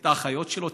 את האחיות שלו?